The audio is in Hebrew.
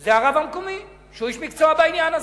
הוא הרב המקומי, איש המקצוע בעניין הזה.